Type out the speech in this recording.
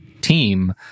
team